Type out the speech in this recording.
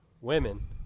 women